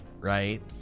right